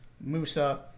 Musa